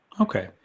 Okay